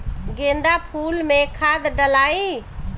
गेंदा फुल मे खाद डालाई?